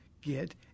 get